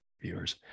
viewers